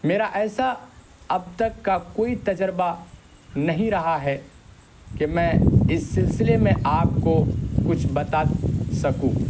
میرا ایسا اب تک کا کوئی تجربہ نہیں رہا ہے کہ میں اس سلسلے میں آپ کو کچھ بتا سکوں